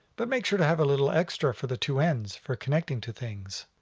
but make sure to have a little extra for the two ends for connecting to things.